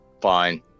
Fine